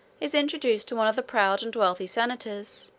is introduced to one of the proud and wealthy senators,